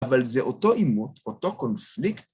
אבל זה אותו עימות, אותו קונפליקט.